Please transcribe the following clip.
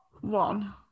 one